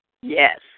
Yes